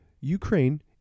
Ukraine